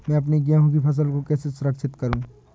मैं अपनी गेहूँ की फसल को कैसे सुरक्षित करूँ?